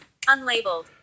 unlabeled